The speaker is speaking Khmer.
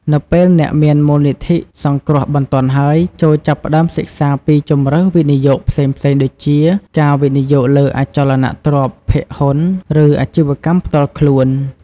នៅពេលអ្នកមានមូលនិធិសង្គ្រោះបន្ទាន់ហើយ ចូរចាប់ផ្ដើមសិក្សាពីជម្រើសវិនិយោគផ្សេងៗដូចជា ការវិនិយោគលើអចលនទ្រព្យ ភាគហ៊ុន ឬអាជីវកម្មផ្ទាល់ខ្លួន។